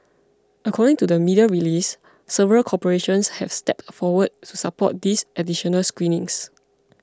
according to the media release several corporations have stepped forward to support these additional screenings